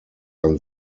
ein